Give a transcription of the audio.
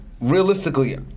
realistically